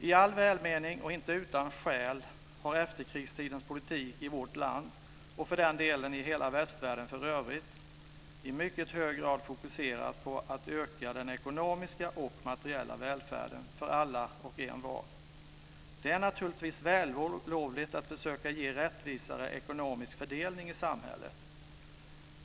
I all välmening och inte utan skäl har efterkrigstidens politik i vårt land, och för den delen i hela västvärlden i övrigt, i mycket hög grad fokuserat på att öka den ekonomiska och materiella välfärden för alla och envar. Det är naturligtvis vällovligt att försöka ge rättvisare ekonomisk fördelning i samhället.